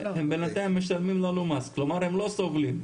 הם בינתיים משלמים לנו מס, כלומר הם לא סובלים.